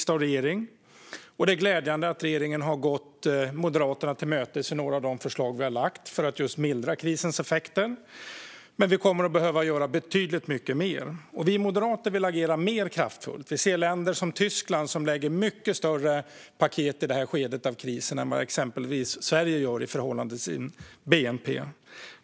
Det är glädjande att regeringen har gått Moderaterna till mötes när det gäller några av de förslag Moderaterna har lagt fram för att mildra krisens effekter, men det kommer att behöva göras betydligt mycket mer. Vi moderater vill agera mer kraftfullt. Vi ser att länder som Tyskland lägger fram mycket större paket i detta skede av krisen än vad exempelvis Sverige gör i förhållande till sin bnp.